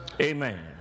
Amen